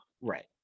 Right